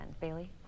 Bailey